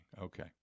Okay